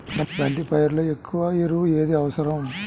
బంతి పైరులో ఎక్కువ ఎరువు ఏది అవసరం?